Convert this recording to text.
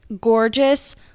gorgeous